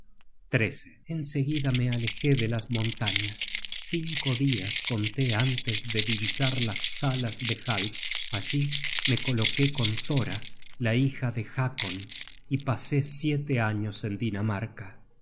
abedules en seguida me alejé de las montañas cinco dias conté antes de divisar las salas de half allí me coloqué con thora la hija de hakon y pasé siete años en dinamarca